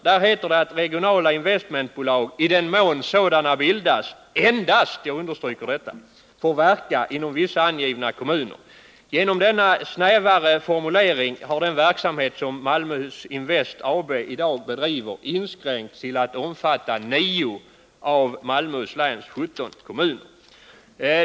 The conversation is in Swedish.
Där heter det att regionala investmentbolag, i den mån sådana bildas, får verka endast — jag understryker detta — inom vissa angivna kommuner. Genom denna snävare formulering har den verksamhet som Malmöhus Invest AB i dag bedriver inskränkts till att omfatta 9 av Malmöhus läns 17 kommuner.